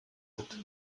sind